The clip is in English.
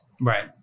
right